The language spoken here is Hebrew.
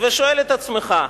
ושואל את עצמך,